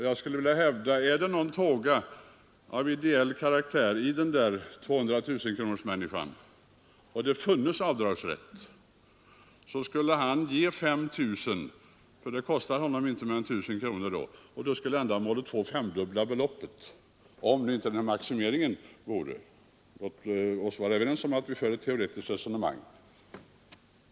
Jag skulle vilja hävda att vore det någon tåga av ideell karaktär i den där 200 000-kronorsmänniskan och det funnes avdragsrätt, skulle han ge 5 000, därför att då kostar det honom inte mer än 1 000 kronor, och då skulle ändamålet få femdubbla beloppet — om nu inte maximeringen funnes. Låt oss vara överens om att vi för ett teoretiskt resonemang.